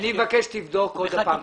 אני מבקש שתבדוק שוב.